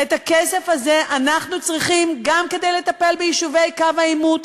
את הכסף הזה אנחנו צריכים גם כדי לטפל ביישובי קו העימות,